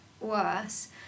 Worse